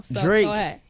Drake